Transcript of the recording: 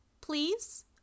Please